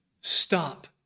stop